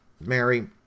Mary